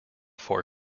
for